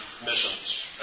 missions